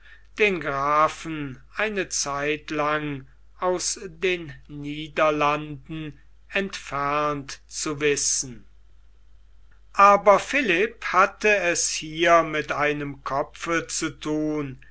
den grafen eine zeit lang aus den niederlanden entfernt zu wissen aber philipp hatte es hier mit einem kopfe zu thun